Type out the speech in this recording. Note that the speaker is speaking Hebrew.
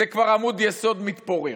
זה כבר עמוד יסוד מתפורר.